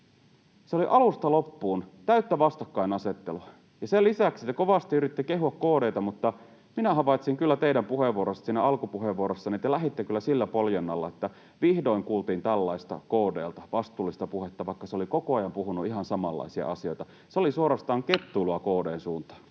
se oli alusta loppuun täyttä vastakkainasettelua. Sen lisäksi te kovasti yritti kehua KD:tä, mutta minä havaitsin kyllä teidän alkupuheenvuorostanne, että te lähditte kyllä sillä poljennolla, että vihdoin kuultiin KD:ltä vastuullista puhetta, vaikka se oli koko ajan puhunut ihan samanlaisia asioita. Se oli suorastaan kettuilua